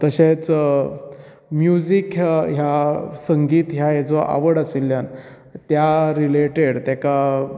तशेंच म्युजीक ह्या संगीत ह्या हेजो आवड आशिल्यान त्या रिलेटेड तेका